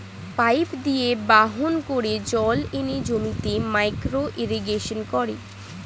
pipe দিয়ে বাহন করে জল এনে জমিতে মাইক্রো ইরিগেশন করে